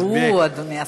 פיטרו, אדוני השר.